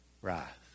Wrath